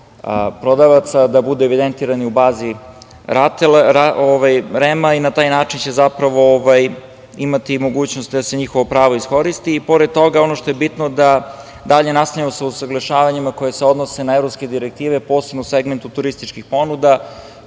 da budu evidentirani u bazi REM-a i na taj način će zapravo imati mogućnost da se njihovo pravo iskoristi. Pored toga, ono što je bitno da dalje nastavljamo sa usaglašavanjima koja se odnose na evropske direktive, posebno u segmentu turističkih ponuda